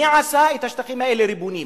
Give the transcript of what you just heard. מי עשה את השטחים האלה ריבוניים?